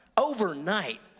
overnight